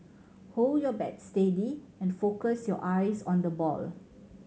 hold your bat steady and focus your eyes on the ball